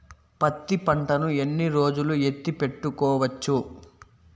పత్తి పంటను ఎన్ని రోజులు ఎత్తి పెట్టుకోవచ్చు?